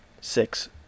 Six